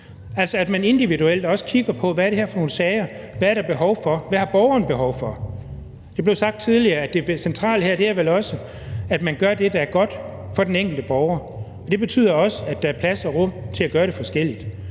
altså at man individuelt også kigger på, hvad det er for nogle sager, hvad der er behov for, og hvad borgeren har behov for. Det er blevet sagt tidligere, at det centrale her vel også er, at man gør det, der er godt for den enkelte borger, og det betyder også, at der er plads og rum til at gøre det forskelligt,